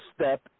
step